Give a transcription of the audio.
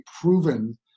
proven